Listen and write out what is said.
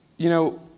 you know,